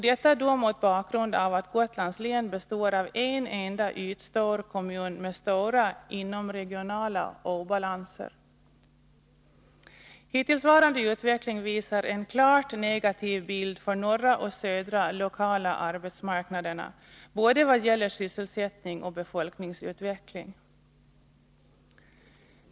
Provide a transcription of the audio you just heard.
Detta skall ses mot bakgrund av att Gotlands län består av en enda ytstor kommun, med stora inomregionala obalanser. Hittillsvarande utveckling ger en klart negativ bild för norra och södra lokala arbetsmarknaderna vad gäller både sysselsättning och befolkningsutveckling.